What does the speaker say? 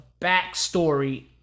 backstory